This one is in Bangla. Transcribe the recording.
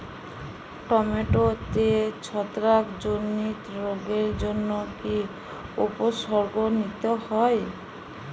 টমেটোতে ছত্রাক জনিত রোগের জন্য কি উপসর্গ নিতে হয়?